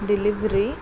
delivery